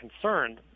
concerned